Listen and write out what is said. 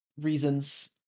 reasons